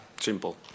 Simple